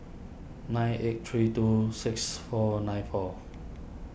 nine eight three two six four nine four